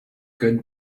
good